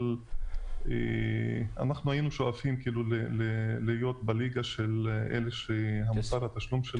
אבל אנחנו שואפים להיות בליגה של אלה שמוסר התשלומים שלהם גבוה.